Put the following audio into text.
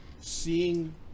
seeing